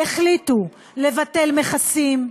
החליטו לבטל מכסים,